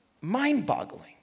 mind-boggling